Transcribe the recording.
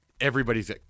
everybody's